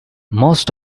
most